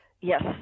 Yes